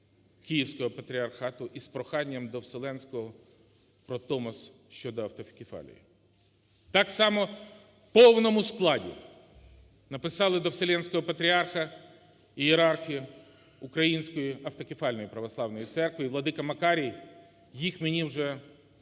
Київського патріархату із проханням до Вселенського про Томос щодо автокефалії. Так само у повному складі написали до Вселенського Патріарха ієрархи Української Автокефальної Православної Церкви, і владика Макарій їх мені вже також